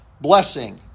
Blessing